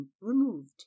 removed